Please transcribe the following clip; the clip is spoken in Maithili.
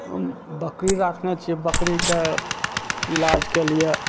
बकरी राखने छियै बकरीके इलाजके लिए